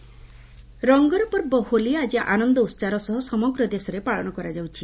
Holi festival ରଙ୍ଗର ପର୍ବ ହୋଲି ଆଜି ଆନନ୍ଦ ଉତ୍ସାହର ସହ ସମଗ୍ର ଦେଶରେ ପାଳନ କରାଯାଉଛି